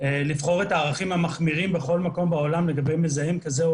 לבחור את הערכים המחמירים בכל מקום בעולם לגבי מזהם כזה או